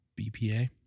BPA